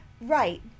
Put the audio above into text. Right